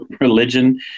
religion